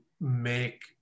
make